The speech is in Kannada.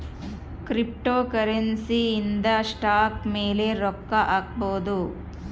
ಕ್ರಿಪ್ಟೋಕರೆನ್ಸಿ ಇಂದ ಸ್ಟಾಕ್ ಮೇಲೆ ರೊಕ್ಕ ಹಾಕ್ಬೊದು